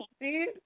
see